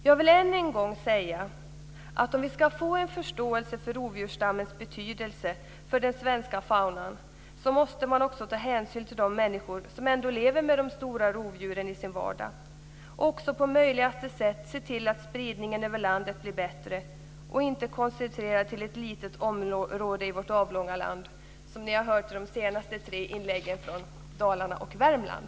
Jag vill än en gång säga att om vi ska få förståelse för rovdjursstammens betydelse för den svenska faunan måste man också ta hänsyn till de människor som lever med de stora rovdjuren i sin vardag, och i möjligaste mån se till att spridningen över landet blir bättre och inte koncentrerad till ett litet område i vårt avlånga land, som ni har hört i de senaste tre inläggen från Dalarna och Värmland.